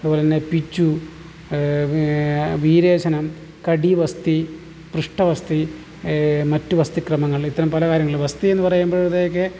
അതുപോലെതന്നെ പിച്ചു വീരേശനം കടിവസ്തി പൃഷ്ഠവസ്തി മറ്റു വസ്തുക്രമങ്ങൾ ഇത്തരം പല കാര്യങ്ങൾ വസ്തിയെന്ന് പറയുമ്പോഴത്തേക്ക്